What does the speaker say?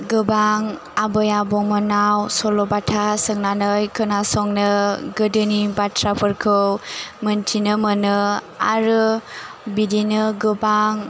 गोबां आबै आबौमोन्नाव सल' बाथा सोंनानै खोनासंनो गोदोनि बाथ्राफोरखौ मोन्थिनो मोनो आरो बिदिनो गोबां